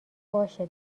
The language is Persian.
باشه